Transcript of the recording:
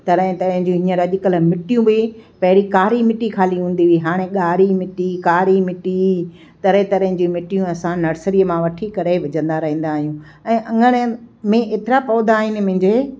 तरह तरह जी हींअर अॼु कल्ह मिटियूं बि पहिरीं कारी मिटी ख़ाली हूंदी हुई हाणे ॻाढ़ी मिटी कारी मिटी तरह तरह जी मिटियूं असां नर्सरी मां वठी करे विझंदा रहंदा आहियूं ऐं अङण में ऐतिरा पौधा आहिनि मुंहिंजे